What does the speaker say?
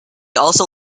also